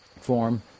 form